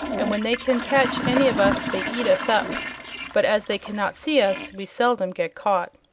and when they can catch any of us they eat us up but as they cannot see us, we seldom get caught.